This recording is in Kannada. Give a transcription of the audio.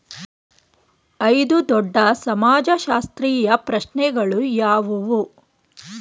ಐದು ದೊಡ್ಡ ಸಮಾಜಶಾಸ್ತ್ರೀಯ ಪ್ರಶ್ನೆಗಳು ಯಾವುವು?